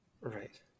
right